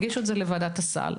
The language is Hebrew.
הגישו את זה לוועדת הסל,